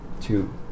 two